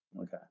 Okay